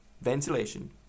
ventilation